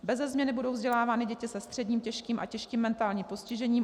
Beze změny budou vzdělávány děti se středním, těžkým a těžkým mentálním postižením.